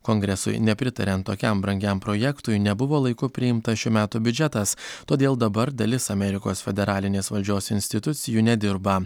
kongresui nepritariant tokiam brangiam projektui nebuvo laiku priimtas šių metų biudžetas todėl dabar dalis amerikos federalinės valdžios institucijų nedirba